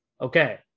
Okay